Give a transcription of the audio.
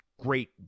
great